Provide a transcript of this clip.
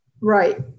Right